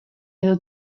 edo